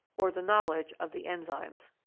or the knowledge of the enzymes.